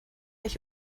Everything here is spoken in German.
ich